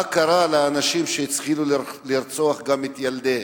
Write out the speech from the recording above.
מה קרה לאנשים שהתחילו לרצוח גם את ילדיהם,